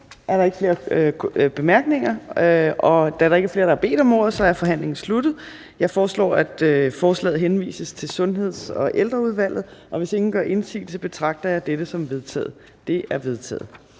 er der ikke flere korte bemærkninger. Da der ikke er flere, der har bedt om ordet, er forhandlingen sluttet. Jeg foreslår, at forslaget henvises til Sundheds- og Ældreudvalget. Hvis ingen gør indsigelse, betragter jeg dette som vedtaget. Det er vedtaget.